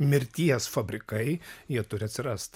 mirties fabrikai jie turi atsirast